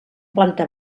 planta